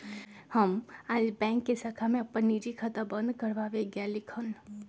हम आज बैंक के शाखा में अपन निजी खाता बंद कर वावे गय लीक हल